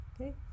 okay